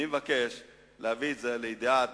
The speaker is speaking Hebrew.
אני מבקש להביא את זה גם לידיעת